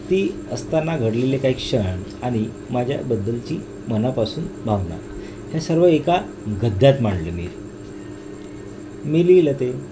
ती असताना घडलेले काही क्षण आणि माझ्याबद्दलची मनापासून भावना हे सर्व एका गद्यात मांडलं मी मी लिहिलं ते